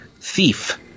thief